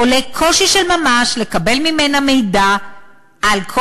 עולה קושי של ממש לקבל ממנה מידע על כל